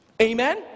amen